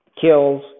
Kills